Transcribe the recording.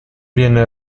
viene